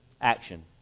action